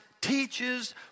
teaches